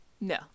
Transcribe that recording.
No